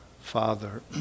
Father